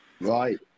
Right